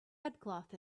headcloth